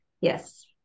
Yes